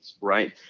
right